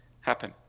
happen